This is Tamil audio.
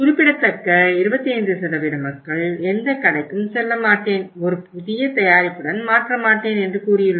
குறிப்பிடத்தக்க 25 மக்கள் எந்த கடைக்கும் செல்லமாட்டேன் ஒரு புதிய தயாரிப்புடன் மாற்ற மாட்டேன் என்று கூறியுள்ளனர்